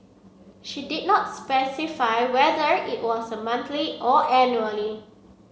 she did not specify whether it was monthly or annually